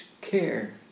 care